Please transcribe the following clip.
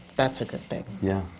that's a good thing, yeah.